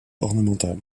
ornementales